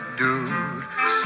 dude